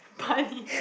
punny